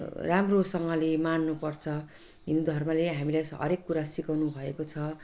राम्रोसँगले मान्नुपर्छ हिन्दू धर्मले हामीलाई हरेक कुरा सिकाउनुभएको छ